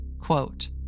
quote